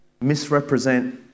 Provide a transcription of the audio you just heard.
misrepresent